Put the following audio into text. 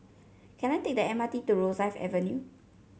can I take the M R T to Rosyth Avenue